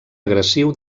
agressiu